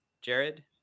Jared